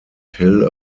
hill